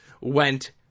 went